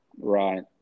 Right